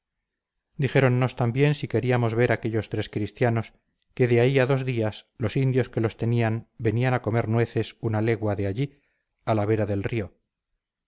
qué cubrirse dijéronnos también si queríamos ver aquellos tres cristianos que de ahí a dos días los indios que los tenían venían a comer nueces una legua de allí a la vera del río